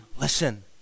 listen